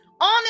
on